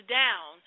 down